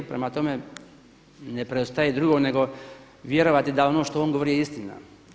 Prema tome ne preostaje drugo nego vjerovati da ono što on govori je istina.